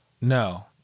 No